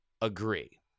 agree